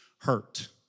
hurt